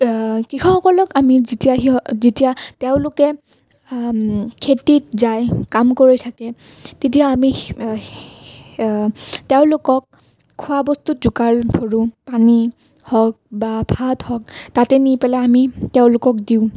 কৃষকসকলক আমি যেতিয়া তেওঁলোকে খেতিত যায় কাম কৰি থাকে তেতিয়া আমি তেওঁলোকক খোৱা বস্তু যোগাৰ ধৰো পানী হওক বা ভাত হওক তাতে নি পেলাই আমি তেওঁলোকক দিওঁ